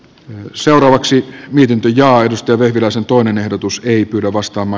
seuraavaksi mietintö ja istui vehviläisen toinen ehdotus ei pyri opastama